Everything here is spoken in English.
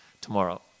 tomorrow